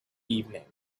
evening